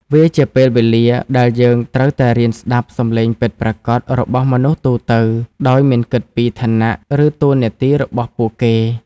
វាជាពេលវេលាដែលយើងត្រូវតែរៀនស្ដាប់សំឡេងពិតប្រាកដរបស់មនុស្សទូទៅ ដោយមិនគិតពីឋានៈ ឬតួនាទីរបស់ពួកគេ។